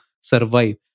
survive